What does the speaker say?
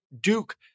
Duke